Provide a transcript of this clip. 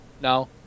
No